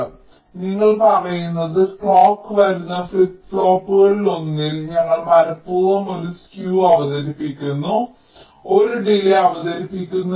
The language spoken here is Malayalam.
അതിനാൽ നിങ്ങൾ പറയുന്നത് ക്ലോക്ക് വരുന്ന ഫ്ലിപ്പ് ഫ്ലോപ്പുകളിലൊന്നിൽ ഞങ്ങൾ മനപ്പൂർവ്വം ഒരു സ്ക്യൂ അവതരിപ്പിക്കുന്നു ഒരു ഡിലേയ് അവതരിപ്പിക്കുന്നു